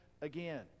again